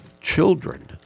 Children